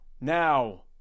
now